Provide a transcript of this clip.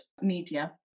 media